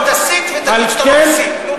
בוא תסית ותגיד שאתה לא מסית.